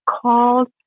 called